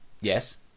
Yes